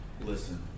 Listen